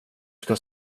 ska